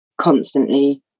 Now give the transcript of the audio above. constantly